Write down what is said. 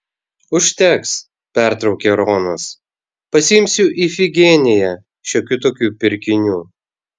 užteks pertraukė ronas pasiimsiu ifigeniją šiokių tokių pirkinių